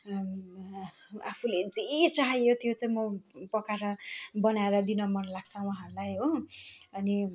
आफूले जे चाह्यो त्यो चाहिँ म पकाएर बनाएर दिन मन लाग्छ उहाँहरूलाई हो अनि